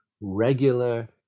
regular